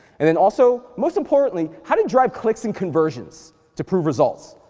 and and also, most importantly, how to drive clicks and conversions to prove results,